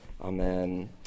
Amen